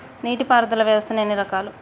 నీటి పారుదల వ్యవస్థ ఎన్ని రకాలు?